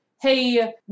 Hey